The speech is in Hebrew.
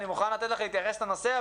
אני מוכן לתת לך להתייחס לנושא,